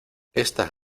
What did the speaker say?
estas